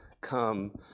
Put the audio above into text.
come